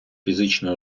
фізичної